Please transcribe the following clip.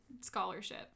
scholarship